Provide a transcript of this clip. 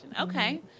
Okay